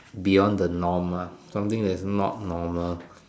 beyond the norm lah something that is not normal